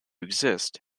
exist